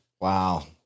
wow